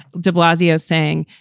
de blasio saying,